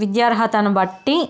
విద్యా అర్హతను బట్టి